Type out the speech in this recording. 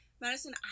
Madison